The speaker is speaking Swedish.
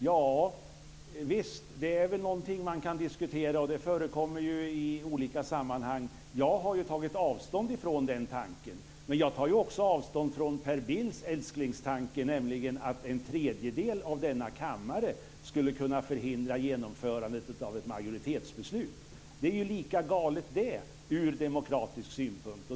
Javisst, det är väl någonting som man kan diskutera, och det förekommer ju i olika sammanhang. Jag har tagit avstånd från den tanken. Men jag tar också avstånd från Per Bills älsklingstanke, nämligen att en tredjedel av denna kammare skulle kunna förhindra genomförandet av ett majoritetsbeslut. Det är lika galet ur demokratisk synpunkt.